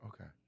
Okay